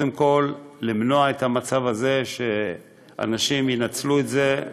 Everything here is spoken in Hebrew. קודם כול למנוע את המצב הזה, שאנשים ינצלו את זה,